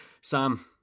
Sam